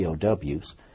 POWs